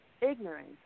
ignorance